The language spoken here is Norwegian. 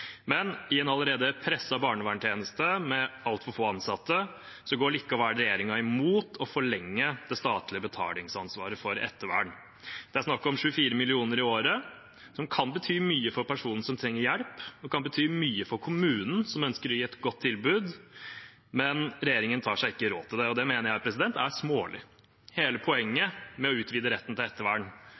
Men i en allerede presset barnevernstjeneste med altfor få ansatte går regjeringen mot å forlenge det statlige betalingsansvaret for ettervern. Det er snakk om 24 mill. kr i året. Det kan bety mye for personen som trenger hjelp, og det kan bety mye for kommunen, som ønsker å gi et godt tilbud, men regjeringen tar seg ikke råd til det. Det mener jeg er smålig. Hele poenget med å utvide retten til ettervern